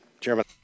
Chairman